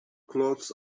clothes